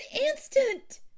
instant